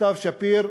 סתיו שפיר,